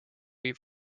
eat